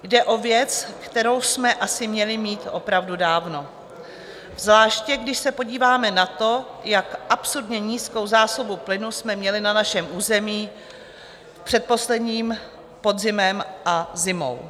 Jde o věc, kterou jsme asi měli mít opravdu dávno, zvláště když se podíváme na to, jak absurdně nízkou zásobu plynu jsme měli na našem území před posledním podzimem a zimou.